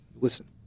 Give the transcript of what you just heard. listen